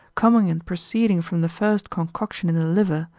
coming and proceeding from the first concoction in the liver,